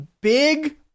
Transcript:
big